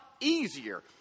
easier